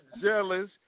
jealous